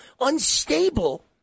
unstable